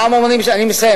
פעם אומרים, תודה.